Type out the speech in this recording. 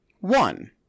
One